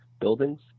buildings